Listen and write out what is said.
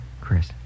Chris